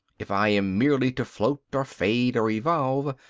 if i am merely to float or fade or evolve,